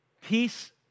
Peace